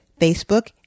Facebook